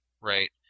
Right